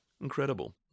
Incredible